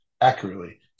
accurately